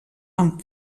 amb